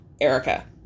Erica